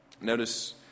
Notice